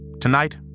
tonight